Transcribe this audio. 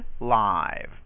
live